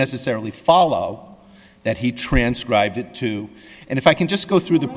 necessarily follow that he transcribed it too and if i can just go through the